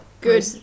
Good